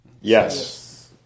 Yes